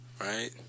Right